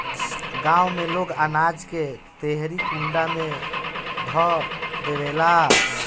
गांव में लोग अनाज के देहरी कुंडा में ध देवेला